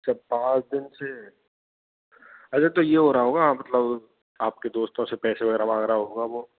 अच्छा पाँच दिन से अच्छा तो यह हो रहा होगा मतलब आपके दोस्तों से पैसे वगैरह मांग रहा होगा वह